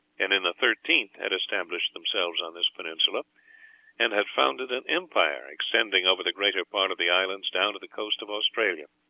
and in the thirteenth had established themselves on this peninsula and had founded an empire extending over the greater part of the islands down to the coast of australia.